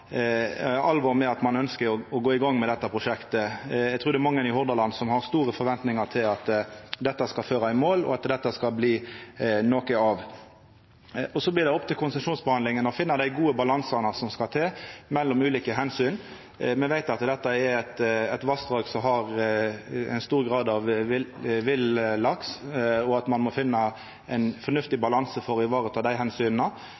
at ein meiner alvor når ein ønskjer å gå i gang med dette prosjektet. Eg trur det er mange i Hordaland som har store forventingar til at dette skal føra i mål, og at dette skal bli noko av. Så blir det opp til konsesjonsbehandlinga å finna den gode balansen som skal til, mellom ulike omsyn. Me veit at dette er eit vassdrag som har stor grad av villaks, og at ein må finna ein fornuftig